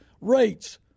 rates